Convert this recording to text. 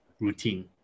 routine